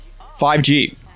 5G